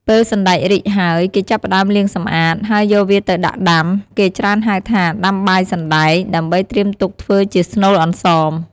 ពេលសណ្តែករីកហើយ គេចាប់ផ្តើមលាងសម្អាត ហើយយកវាទៅដាក់ដាំ គេច្រើនហៅថា ដាំបាយសណ្តែក ដើម្បីត្រៀមទុកធ្វើជាស្នូលអន្សម។